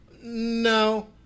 no